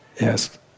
Yes